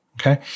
Okay